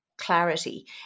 clarity